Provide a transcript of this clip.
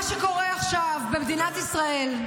מה שקורה עכשיו במדינת ישראל,